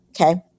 okay